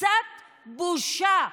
קצת בושה.